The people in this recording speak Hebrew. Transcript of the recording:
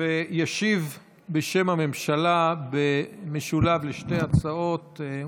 ישיב בשם הממשלה במשולב על שתי ההצעות,